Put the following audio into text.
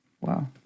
Wow